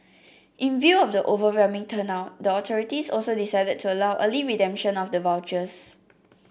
in view of the overwhelming turnout the authorities also decided to allow early redemption of the vouchers